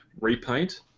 repaint